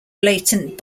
blatant